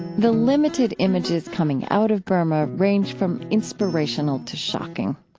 the limited images coming out of burma range from inspirational to shocking.